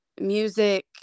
Music